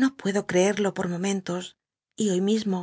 no luedo creerlo pot momentos y hoy mismo